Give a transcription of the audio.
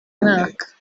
mwaka